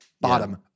bottom